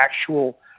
actual